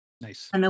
Nice